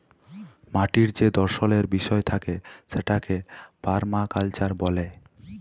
মাটির যে দর্শলের বিষয় থাকে সেটাকে পারমাকালচার ব্যলে